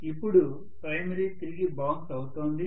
ఇప్పుడు ప్రైమరీ తిరిగి బౌన్స్ అవుతోంది